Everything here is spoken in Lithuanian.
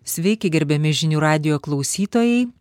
sveiki gerbiami žinių radijo klausytojai